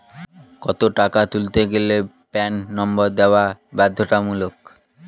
কত টাকা তুলতে গেলে প্যান নম্বর দেওয়া বাধ্যতামূলক?